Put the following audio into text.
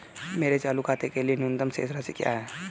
मेरे चालू खाते के लिए न्यूनतम शेष राशि क्या है?